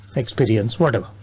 experience, whatever.